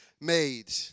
Made